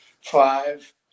five